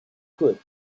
good